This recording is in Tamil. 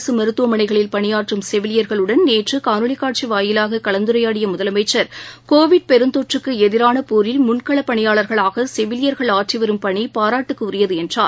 அரசுமருத்துவமனைகளில் பணியாற்றம் செவிலியர்களுடன் நேற்றுன்ணொலிகாட்சிவாயிலாககலந்துரையாடியமுதலமைச்சர் கோவிட் பெருந்தொற்றக்குஎதிரானபோரில் முன்களப் பணியாளர்களாகசெவிலியர்கள் ஆற்றிவரும் பணிபாராட்டுக்குரியதுஎன்றார்